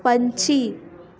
ਪੰਛੀ